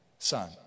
son